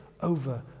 over